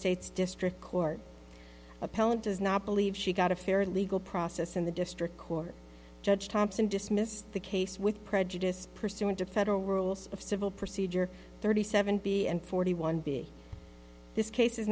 states district court appellant does not believe she got a fair legal process and the district court judge thompson dismissed the case with prejudice pursuant to federal rules of civil procedure thirty seven b and forty one b this case is